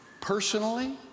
personally